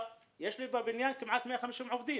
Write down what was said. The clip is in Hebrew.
יש לי בבניין כמעט 150 עובדים.